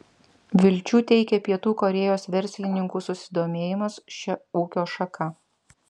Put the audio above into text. vilčių teikia pietų korėjos verslininkų susidomėjimas šia ūkio šaka